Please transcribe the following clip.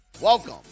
Welcome